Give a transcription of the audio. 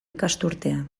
ikasturtea